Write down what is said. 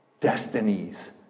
destinies